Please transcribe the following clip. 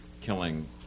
killing